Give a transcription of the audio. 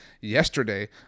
yesterday